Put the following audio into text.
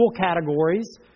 categories